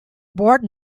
board